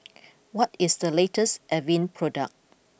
what is the latest Avene product